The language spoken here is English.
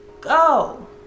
go